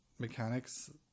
mechanics